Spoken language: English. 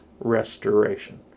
restoration